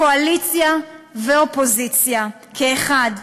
קואליציה ואופוזיציה כאחד,